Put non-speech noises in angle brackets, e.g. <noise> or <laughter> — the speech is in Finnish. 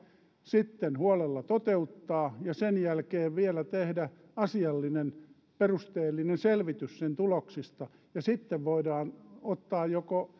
sitten huolella toteuttaa ja sen jälkeen vielä tehdä asiallinen perusteellinen selvitys sen tuloksista ja sitten se voidaan ottaa käyttöön joko <unintelligible>